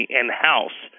in-house